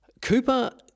Cooper